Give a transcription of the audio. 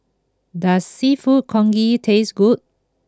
does Seafood Congee taste good